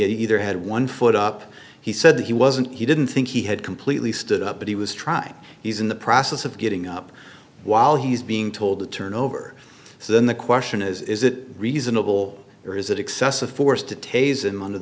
either had one foot up he said he wasn't he didn't think he had completely stood up but he was trying he's in the process of getting up while he's being told to turn over so then the question is is it reasonable or is it excessive force to